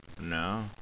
No